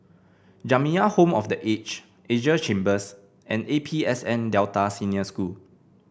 Jamiyah Home for The Aged Asia Chambers and A P S N Delta Senior School